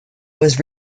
was